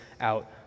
out